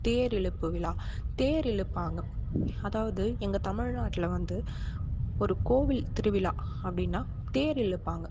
தேர் இழுப்பு விழா தேர் இழுப்பாங்க அதாவது எங்கள் தமிழ்நாட்டில் வந்து ஒரு கோவில் திருவிழா அப்படினா தேர் இழுப்பாங்க